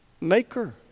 maker